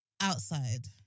outside